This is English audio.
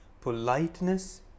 politeness